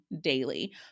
daily